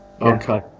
Okay